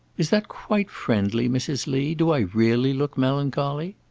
is that quite friendly, mrs. lee? do i really look melancholy?